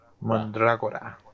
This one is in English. Mandragora